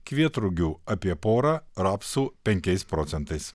kvietrugių apie porą rapsų penkiais procentais